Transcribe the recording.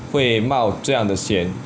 会冒这样的险